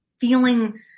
feeling